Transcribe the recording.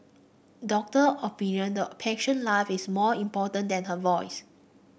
in doctor opinion the patient's life is more important than her voice